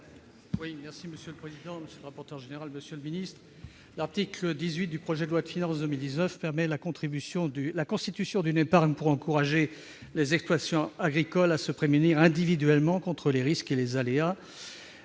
L'article 18 du projet de loi de finances pour 2019 permet la constitution d'une épargne pour encourager les exploitants agricoles à se prémunir individuellement contre les risques et les aléas.